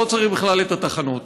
לא צריך בכלל את התחנות.